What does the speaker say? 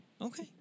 Okay